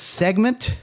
segment